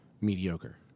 Mediocre